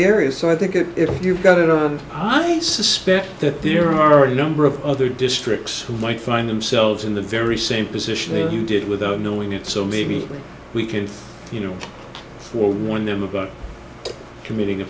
area so i think you've got it i suspect that there are a number of other districts who might find themselves in the very same position you did without knowing it so maybe we can you know will warn them about committing a